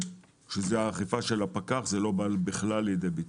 כשזה אכיפה של הפקח, לא בא כלל לידי ביטוי.